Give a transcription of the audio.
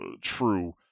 true